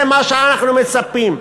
זה מה שאנחנו מצפים.